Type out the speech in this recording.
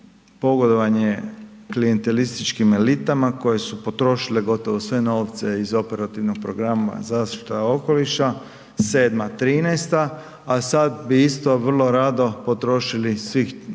pogodovanje klijentelističkim elitama koje su potrošile gotovo sve novce iz operativnog programa zaštite okoliša, 2007.-2013. a sad bi isto vrlo potrošili svih 500